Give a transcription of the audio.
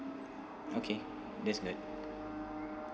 okay that's good